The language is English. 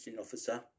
officer